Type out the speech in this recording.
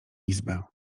izbę